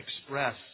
express